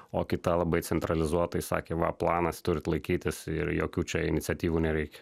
o kita labai centralizuotai sakė va planas turit laikytis ir jokių čia iniciatyvų nereikia